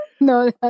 No